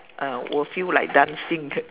ah will feel like dancing